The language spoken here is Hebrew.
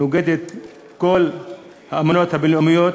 נוגדת את כל האמנות הבין-לאומיות,